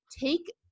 take